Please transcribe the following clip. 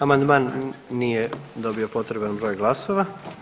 Amandman nije dobio potreban broj glasova.